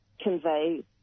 convey